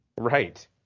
Right